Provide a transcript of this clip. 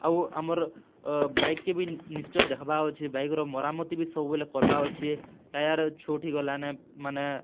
ଆଉ ଆମର୍ ବାଇକ୍ କେ ବି ନିଶ୍ଚୟ ଦେଖ୍ବାର୍ ଅଛେ ବାଇକ୍ ର ମରାମତି ବି ସବୁବେଲେ କର୍ବାର୍ ଅଛେ ଟାୟାର୍ ଛୋଟ୍ ହେଇଗଲାନ ମାନେ